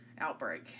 outbreak